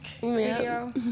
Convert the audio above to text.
video